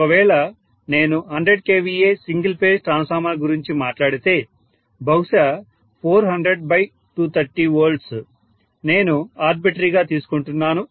ఒకవేళ నేను 100kVA single phase transformer గురించి మాట్లాడితే బహుశా 400230 నేను ఆర్బిట్రరీ గా తీసుకుంటున్నాను